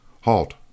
Halt